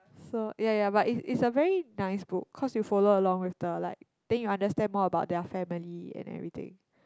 so ya ya but it's it's a very nice book cause you follow along with the like then you understand more about their family and everything